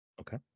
Okay